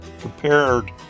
compared